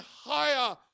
higher